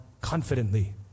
confidently